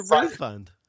refund